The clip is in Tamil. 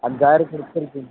அஞ்சாயிரம் கொடுத்துருக்கீங்க